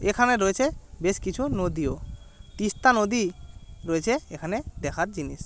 এখানে রয়েছে বেশ কিছু নদীও তিস্তা নদী রয়েছে এখানে দেখার জিনিস